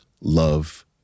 love